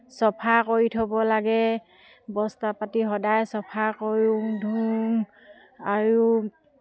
চফা কৰি থ'ব লাগে বস্তা পাতি সদায় চফা কৰোঁ ধুওঁ আৰু